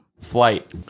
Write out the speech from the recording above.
Flight